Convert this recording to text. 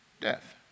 death